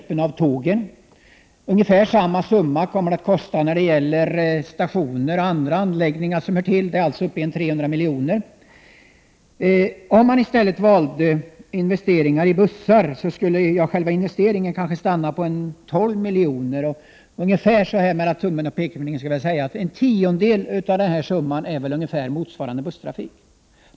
Ungefär samma summa är aktuell när det gäller stationer och andra anläggningar som hör till. Sammantaget blir det alltså 300 milj.kr. Om man i stället valde att investera i bussar skulle själva investeringen kanske stanna vid 12 milj.kr. Så här mellan tummen och pekfingret motsvarar en tiondel av den summan kostnaden för busstrafik.